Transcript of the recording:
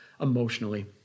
emotionally